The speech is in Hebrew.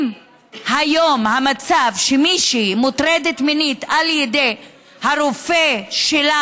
אם היום מישהי מוטרדת מינית על ידי הרופא שלה